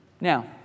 now